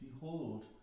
Behold